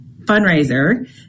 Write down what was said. fundraiser